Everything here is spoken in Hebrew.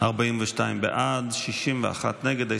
42 בעד, 61 נגד.